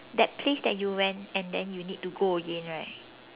that place that you went and then you need to go again right